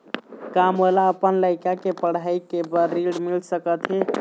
का मोला अपन लइका के पढ़ई के बर ऋण मिल सकत हे?